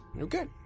Okay